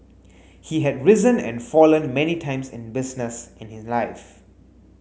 he had risen and fallen many times in business and in life